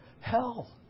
hell